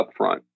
upfront